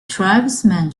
tribesmen